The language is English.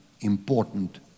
important